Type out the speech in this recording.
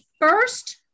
first